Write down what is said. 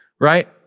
right